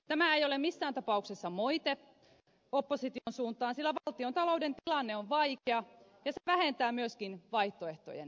tämä ei ole missään tapauksessa moite opposition suuntaan sillä valtiontalouden tilanne on vaikea ja se vähentää myöskin vaihtoehtojen määrää